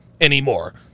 anymore